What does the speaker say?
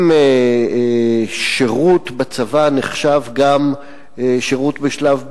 אם שירות בצבא נחשב גם שירות בשלב ב',